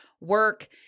work